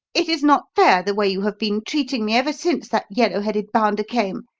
it is not fair the way you have been treating me ever since that yellow-headed bounder came.